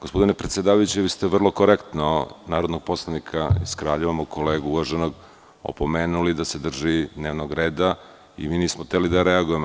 Gospodine predsedavajući, vi ste vrlo korektno narodnog poslanika iz Kraljeva, mog uvaženog kolegu, opomenuli da se drži dnevnog reda i mi nismo hteli da reagujemo.